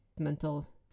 mental